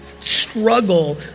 struggle